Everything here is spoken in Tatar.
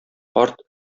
карт